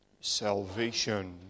salvation